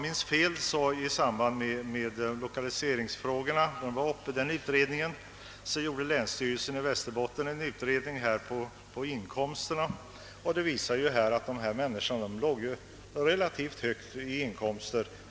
Länsstyrelsen i Västerbottens län har gjort en utredning som har visat att de som haft en lämplig förening av jordbruk och skogsbruk har haft relativt höga inkomster.